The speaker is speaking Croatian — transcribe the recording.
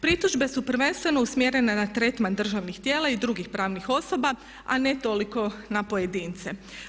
Pritužbe su prvenstveno usmjerene na tretman državnih tijela i drugih pravnih osoba, a ne toliko na pojedince.